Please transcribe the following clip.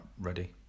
ready